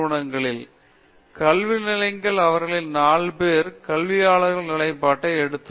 பேராசிரியர் உஷா மோகன் கல்வி நிலைகள் அவர்களில் 4 பேர் கல்வியாளர்களின் நிலைப்பாட்டை எடுத்துள்ளனர்